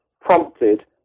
prompted